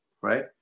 right